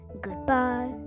goodbye